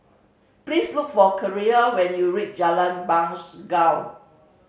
please look for Keira when you reach Jalan Bangau